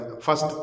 first